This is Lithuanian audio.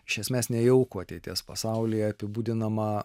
iš esmės nejaukų ateities pasaulyje apibūdinamą